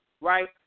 right